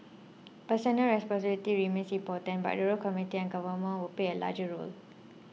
personal responsibility remains important but the community and government will play a larger role